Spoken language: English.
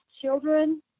children